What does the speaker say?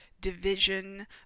division